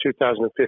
2015